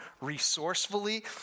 resourcefully